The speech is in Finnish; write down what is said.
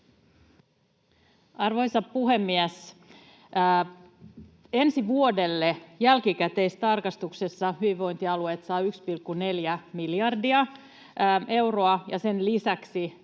Arvoisa puhemies! Ensi vuodelle jälkikäteistarkastuksessa hyvinvointialueet saavat 1,4 miljardia euroa, ja sen lisäksi